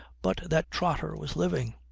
but that trotter was living.